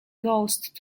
ghost